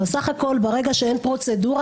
בסך הכול ברגע שאין פרוצדורה,